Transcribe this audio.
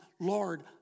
Lord